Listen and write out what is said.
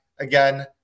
again